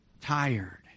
tired